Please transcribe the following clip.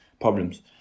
problems